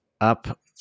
up